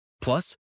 plus